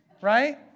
right